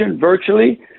virtually